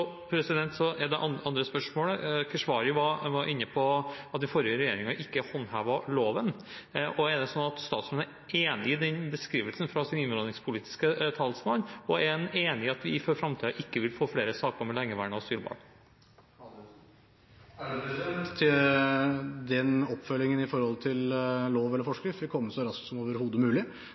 Det andre spørsmålet: Representanten Keshvari var inne på at den forrige regjeringen ikke håndhevet loven. Er det slik at statsråden er enig i den beskrivelsen fra sin innvandringspolitiske talsmann, og er han enig i at vi for framtiden ikke vil få flere saker om lengeværende asylbarn? Oppfølgingen av lov eller forskrift vil komme så raskt som overhodet mulig.